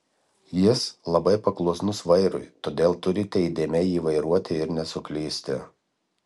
jis labai paklusnus vairui todėl turite įdėmiai jį vairuoti ir nesuklysti